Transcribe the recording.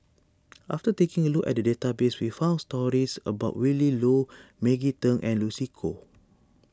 after taking a look at the database we found stories about Willin Low Maggie Teng and Lucy Koh